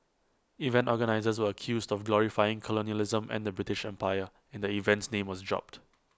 event organisers were accused of glorifying colonialism and the British empire and the event's name was dropped